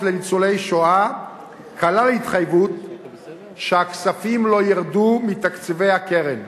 לניצולי שואה כלל התחייבות שהכספים לא ירדו מתקציבי הקרן?